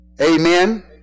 Amen